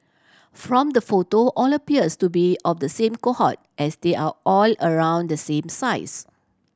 from the photo all appears to be of the same cohort as they are all around the same size